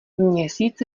měsíc